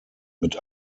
mit